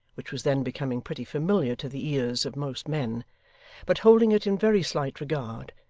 which was then becoming pretty familiar to the ears of most men but holding it in very slight regard,